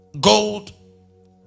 Gold